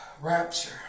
rapture